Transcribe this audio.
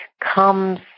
comes